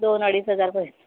दोन अडीच हजारपर्यंत